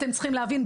אתם צריכים להבין,